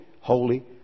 holy